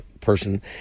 person